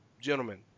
gentlemen